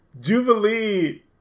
Jubilee